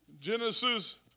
Genesis